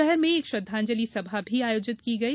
शहर में एक श्रद्धांजलि सभा भी आयोजित की गयी